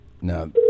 No